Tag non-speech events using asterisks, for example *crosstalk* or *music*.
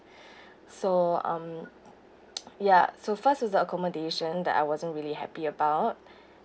so um *noise* ya so first was the accommodation that I wasn't really happy about